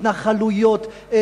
התנחלויות,